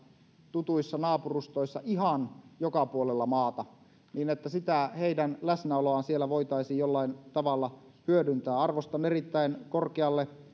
tutuissa naapurustoissa ihan joka puolella maata niin sitä heidän läsnäoloaan siellä voitaisiin jollain tavalla hyödyntää arvostan erittäin korkealle